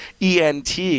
ENT